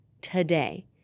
today